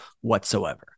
whatsoever